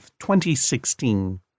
2016